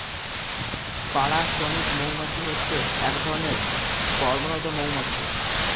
পাড়া শ্রমিক মৌমাছি হচ্ছে এক ধরণের কর্মরত মৌমাছি